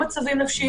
ללא מצבים נפשיים,